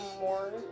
more